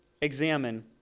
examine